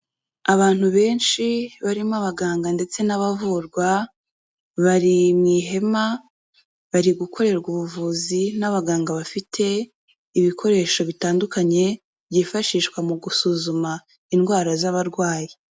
Abantu benshi barimo abaganga ndetse n'abavurwa bari mu ihema bari gukorerwa ubuvuzi n'abaganga bafite ibikoresho bitandukanye byifashishwa mu gusuzuma indwara z'abarwayi.